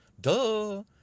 Duh